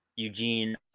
Eugene